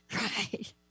right